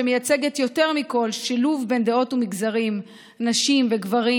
שמייצגת יותר מכול שילוב בין דעות ומגזרים: נשים וגברים,